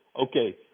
okay